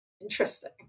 Interesting